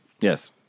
Yes